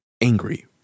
angry